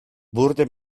wurde